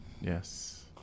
Yes